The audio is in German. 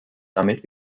damit